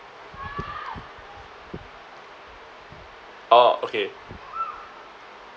orh okay